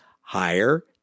higher